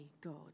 God